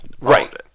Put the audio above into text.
right